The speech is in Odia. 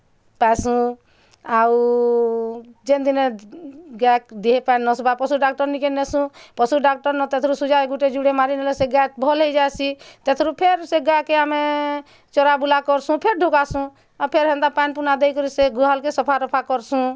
ପାଇସୁଁ ଆଉ ଯେନ୍ ଦିନେ ଗାଏ ଦିହେପା ନସବା ପଶୁ ଡ଼ାକ୍ତର୍ ନିକେ ନେସୁଁ ପଶୁ ଡାକ୍ତର୍ ନେ ତାଥିରୁ ଶୂଯା ଗୁଟେ ଯୁଡ଼େ ମାରିଦେଲେ ସେ ଗାଏ ଭଲ୍ ହେଇଜାଇସୀ ତାଥିରୁ ଫେର୍ ସେ ଗାଏକେ ଆମେ ଚରାବୁଲା କରସୁଁ ଫିର୍ ଢ଼ୁକାସୁଁ ଆର୍ ଫେର୍ ହେନ୍ତା ପାନ୍ ପୁନା ଦେଇକରି ସେ ଗୁହାଲ୍ କେ ସଫା ରଫା କରସୁଁ